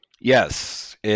Yes